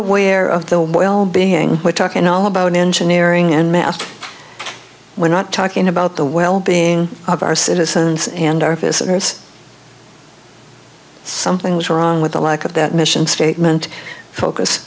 aware of the well being we're talking all about engineering and math we're not talking about the well being of our citizens and our visitors something was wrong with the lack of that mission statement focus